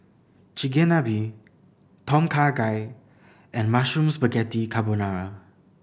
Chigenabe Tom Kha Gai and Mushroom Spaghetti Carbonara